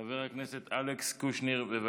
חבר הכנסת אלכס קושניר, בבקשה.